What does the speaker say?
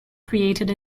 created